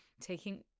taking